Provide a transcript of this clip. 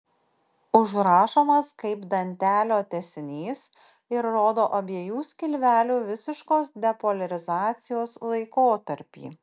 užrašomas kaip dantelio tęsinys ir rodo abiejų skilvelių visiškos depoliarizacijos laikotarpį